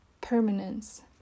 permanence